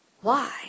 Why